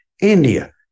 India